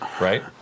Right